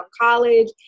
college